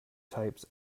types